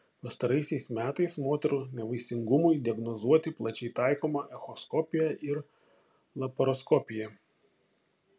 pastaraisiais metais moterų nevaisingumui diagnozuoti plačiai taikoma echoskopija ir laparoskopija